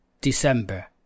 December